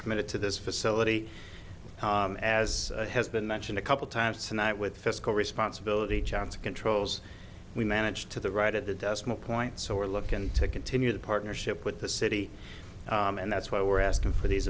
committed to this facility as has been mentioned a couple times tonight with fiscal responsibility chance controls we manage to the right at the decimal point so we're looking to continue the partnership with the city and that's why we're asking for these